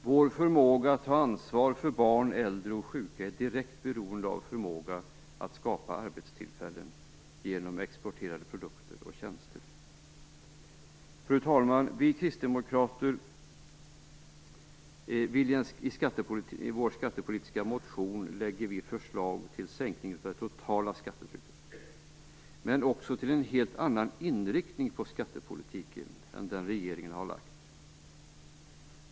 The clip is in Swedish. Vår förmåga att ta ansvar för barn, äldre och sjuka är direkt beroende av vår förmåga att skapa arbetstillfällen genom exporterade produkter och tjänster. Fru talman! I vår skattepolitiska motion lägger vi kristdemokrater förslag till en sänkning av det totala skattetrycket men också till en helt annan inriktning på skattepolitiken än den regeringen har lagt.